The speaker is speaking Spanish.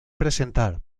presentar